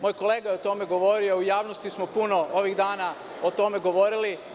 Moj kolega je o tome govorio i u javnosti smo puno ovih dana o tome govorili.